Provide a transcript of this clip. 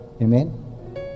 Amen